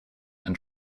and